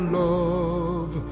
love